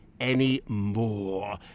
anymore